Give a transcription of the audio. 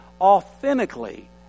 authentically